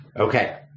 Okay